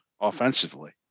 offensively